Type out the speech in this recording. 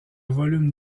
volume